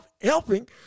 helping